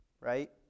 Right